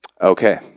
Okay